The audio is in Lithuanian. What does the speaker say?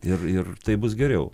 ir ir taip bus geriau